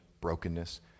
brokenness